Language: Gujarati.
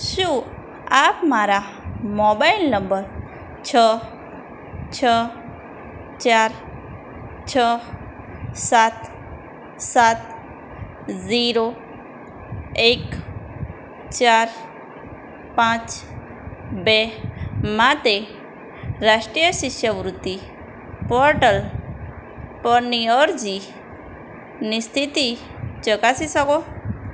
શું આપ મારા મોબાઈલ નંબર છ છ ચાર છ સાત સાત ઝીરો એક ચાર પાંચ બે માટે રાષ્ટ્રીય શિષ્યવૃત્તિ પોર્ટલ પરની અરજીની સ્થિતિ ચકાસી શકો